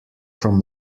from